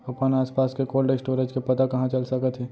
अपन आसपास के कोल्ड स्टोरेज के पता कहाँ चल सकत हे?